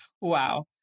Wow